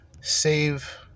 Save